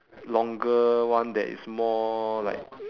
longer one that is more like